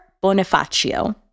Bonifacio